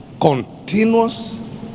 continuous